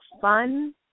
fun